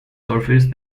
surfaced